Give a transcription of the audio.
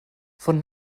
von